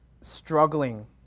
struggling